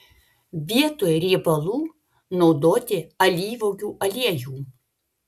vietoj riebalų naudoti alyvuogių aliejų